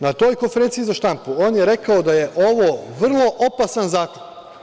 Na toj konferenciji za štampu on je rekao da je ovo vrlo opasan zakon.